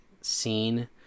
scene